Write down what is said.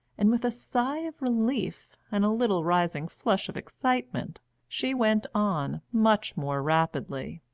and with a sigh of relief and a little rising flush of excitement she went on much more rapidly.